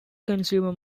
consumer